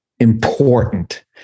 Important